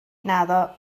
naddo